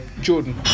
Jordan